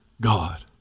God